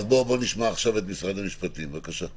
אז בואו נשמע את משרד המשפטים, בבקשה.